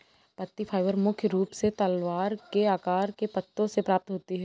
पत्ती फाइबर मुख्य रूप से तलवार के आकार के पत्तों से प्राप्त होता है